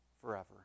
forever